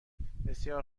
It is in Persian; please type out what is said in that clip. بسیار